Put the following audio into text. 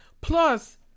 Plus